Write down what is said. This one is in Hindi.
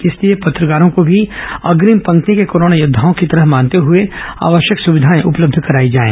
इसलिए पत्रकारों को भी अग्रिम पंक्ति के कोरोना योद्धाओं की तरह मानते हुए आवश्यक सुविधाएं उपलब्ध कराई जाएं